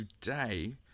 today